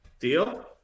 Deal